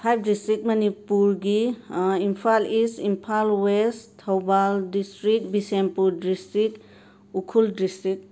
five district ꯃꯅꯤꯄꯨꯔꯒꯤ Imphal East Imphal West Thoubal district Bishnupur district Ukhrul district